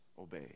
obey